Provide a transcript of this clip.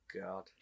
God